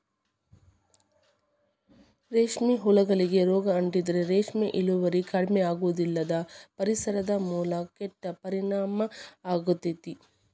ರೇಷ್ಮೆ ಹುಳಗಳಿಗೆ ರೋಗ ಅಂಟಿದ್ರ ರೇಷ್ಮೆ ಇಳುವರಿ ಕಡಿಮಿಯಾಗೋದಲ್ದ ಪರಿಸರದ ಮೇಲೂ ಕೆಟ್ಟ ಪರಿಣಾಮ ಆಗ್ತೇತಿ